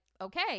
okay